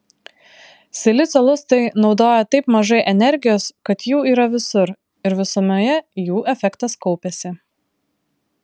silicio lustai naudoja taip mažai energijos kad jų yra visur ir visumoje jų efektas kaupiasi